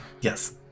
yes